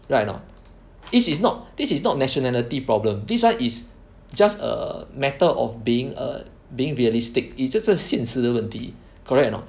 right or not this is not this is not nationality problem this one is just a matter of being being err realistic 你这是个现实的问题 correct or not